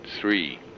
three